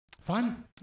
Fun